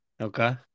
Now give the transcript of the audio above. Okay